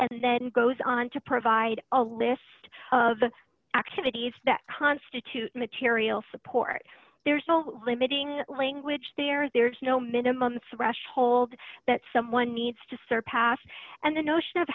and then goes on to provide a list of the activities that constitute material support there's no limiting language there there's no minimum thresholds that someone needs to surpass and the notion of